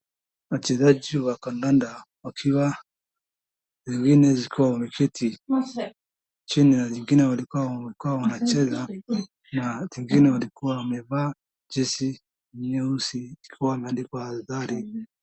Wachezaji wa kandanda wakiwa, zingine wakiwa wameketi chini na zingine walikuwa wamekuwa wanacheza na zingine walikuwa wamevaa jezi nyeusi ikiwa imeandikwa adhari.